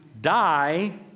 die